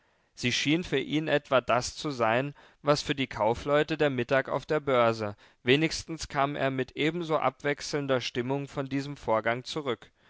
sie schien für ihn etwa das zu sein was für die kaufleute der mittag auf der börse wenigstens kam er mit ebenso abwechselnder stimmung von diesem vorgang zurück